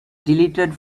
deleted